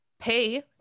pay